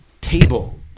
table